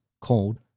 called